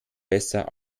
besser